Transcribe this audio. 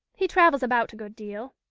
he travels about a good deal.